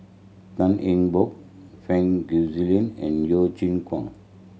Tan Eng Bock Fang and Yeo Chee Kiong